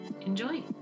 Enjoy